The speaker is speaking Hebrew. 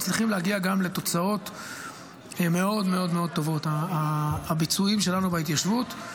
מצליחים גם להגיע לתוצאות מאוד טובות בביצועים שלנו בהתיישבות,